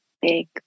big